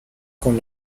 con